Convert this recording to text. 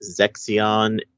zexion